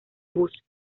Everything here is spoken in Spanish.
bus